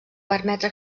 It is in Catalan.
permetre